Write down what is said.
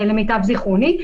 למיטב זכרוני,